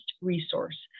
resource